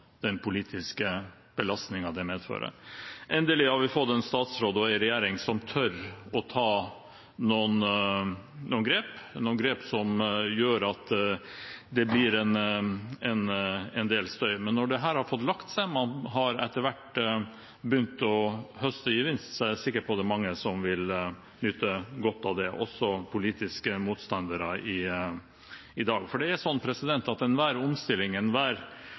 den politiske belastningen det medfører. Endelig har vi fått en statsråd og en regjering som tør å ta noen grep – noen grep som gjør at det blir en del støy. Men når dette har fått lagt seg, og man etter hvert har begynt å høste gevinst, er jeg sikker på at det er mange som vil nyte godt av det, også politiske motstandere i dag. Enhver omstilling og enhver